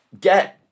get